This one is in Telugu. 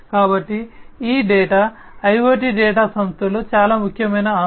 కాబట్టి ఈ డేటా IoT డేటా సంస్థలో చాలా ముఖ్యమైన ఆస్తి